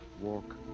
walk